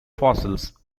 fossils